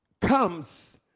comes